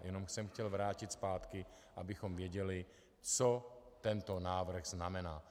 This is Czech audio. Jenom jsem chtěl vrátit zpátky, abychom věděli, co tento návrh znamená.